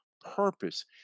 purpose